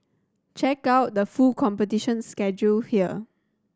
check out the full competition schedule here